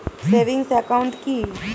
Savings account কি?